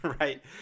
Right